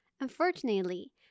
Unfortunately